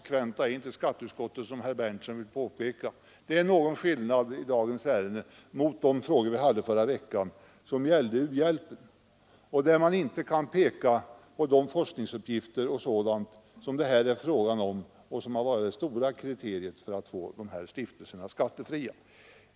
Det är faktiskt någon skillnad mellan de institutioner som behandlas i dagens betänkande och de frågor som vi behandlade i förra veckan och som gällde u-hjälpen. I det sammanhanget kan man inte peka på sådana forskningsuppgifter etc. som det här är fråga om — vilka har varit det viktigaste kriteriet för att bevilja viss skattefrihet för dessa stiftelser.